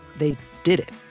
they did it!